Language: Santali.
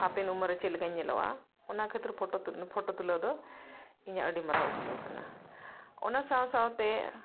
ᱦᱟᱯᱮᱱ ᱩᱢᱮᱨ ᱨᱮ ᱪᱮᱫ ᱞᱮᱠᱟᱧ ᱧᱮᱞᱚᱜᱼᱟ ᱚᱱᱟ ᱠᱷᱟᱹᱛᱤᱨ ᱯᱷᱳᱴᱳ ᱯᱷᱳᱴᱳ ᱛᱩᱞᱟᱹᱣ ᱫᱚ ᱤᱧᱟᱹᱜ ᱟᱹᱰᱤ ᱢᱟᱨᱟᱝ ᱩᱫᱽᱜᱟᱹᱣ ᱠᱟᱱᱟ ᱚᱱᱟ ᱥᱟᱶ ᱥᱟᱶᱛᱮ